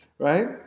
Right